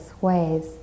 ways